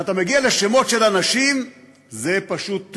וכשאתה מגיע לשמות של אנשים זה פשוט נורא.